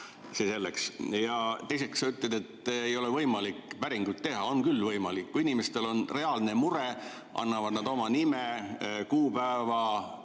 see selleks. Ja teiseks, sa ütled, et ei ole võimalik päringuid teha. On küll võimalik. Kui inimestel on reaalne mure, annavad nad oma nime, kuupäeva,